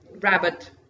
rabbit